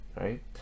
right